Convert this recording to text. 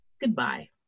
goodbye